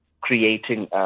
creating